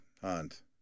Hunt